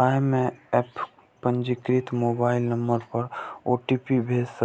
अय मे एप पंजीकृत मोबाइल नंबर पर ओ.टी.पी भेज